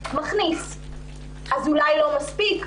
אז אולי לא מספיק,